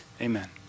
amen